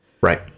Right